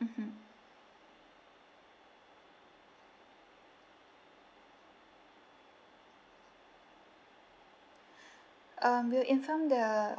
mmhmm um we'll inform the